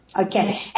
Okay